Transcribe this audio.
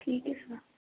ठीक है सर